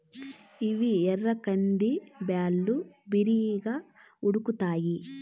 ఇవి ఎర్ర కంది బ్యాళ్ళు, బిరిగ్గా ఉడుకుతాయి